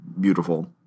beautiful